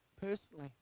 personally